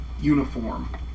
uniform